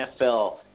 NFL